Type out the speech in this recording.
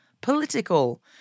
political